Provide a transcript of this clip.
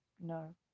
No